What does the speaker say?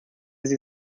sie